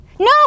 No